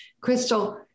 Crystal